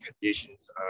conditions